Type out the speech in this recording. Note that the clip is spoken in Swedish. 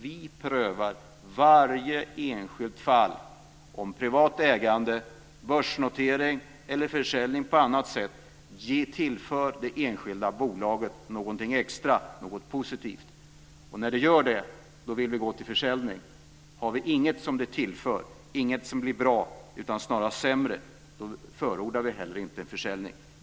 Vi prövar i varje enskilt fall om privat ägande, börsnotering eller försäljning på annat sätt tillför det enskilda bolaget något extra, något positivt. När det gör det vill vi gå till försäljning. Tillför det ingenting, är det så att inget blir bra utan att det snarast blir sämre, förordar vi heller inte försäljning.